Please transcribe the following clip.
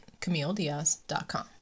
CamilleDiaz.com